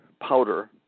powder